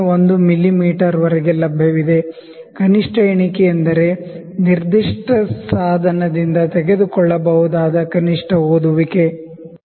01 ಮಿಮೀ ವರೆಗೆ ಲಭ್ಯವಿದೆ ಲೀಸ್ಟ್ ಕೌಂಟ್ ಎಂದರೆ ನಿರ್ದಿಷ್ಟ ಸಾಧನದಿಂದ ತೆಗೆದುಕೊಳ್ಳಬಹುದಾದ ಲೀಸ್ಟ್ ಕೌಂಟ್